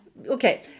Okay